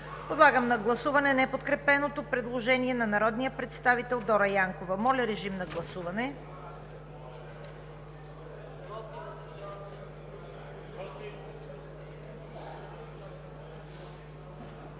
Подлагам на гласуване неподкрепеното предложение на народния представител Дора Янкова. Гласували